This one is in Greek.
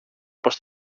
πως